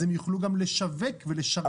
אז הם יוכלו גם לשווק לציבור.